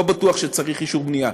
לא בטוח שצריך אישור בנייה.